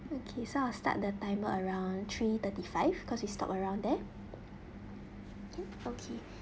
okay so I'll start the timer around three thirty five cause we stopped around there can okay